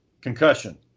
concussion